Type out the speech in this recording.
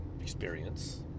experience